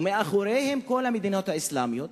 ומאחוריהן כל המדינות האסלאמיות,